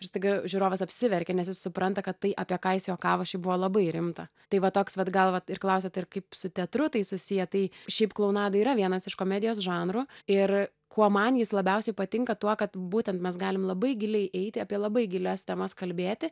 ir staiga žiūrovas apsiverkia nes jis supranta kad tai apie ką jis juokavo šiaip buvo labai rimta tai va toks vat gal vat ir klausiat ir kaip su teatru tai susiję tai šiaip klounada yra vienas iš komedijos žanrų ir kuo man jis labiausiai patinka tuo kad būtent mes galim labai giliai eiti apie labai gilias temas kalbėti